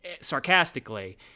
sarcastically